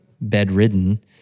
bedridden